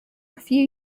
few